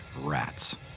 rats